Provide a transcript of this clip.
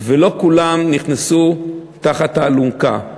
ולא כולם נכנסו תחת האלונקה.